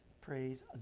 Praise